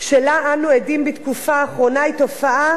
שלה אנו עדים בתקופה האחרונה היא תופעה